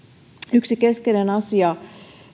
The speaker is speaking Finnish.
yksi keskeinen asia